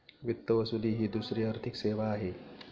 वित्त वसुली ही दुसरी आर्थिक सेवा आहे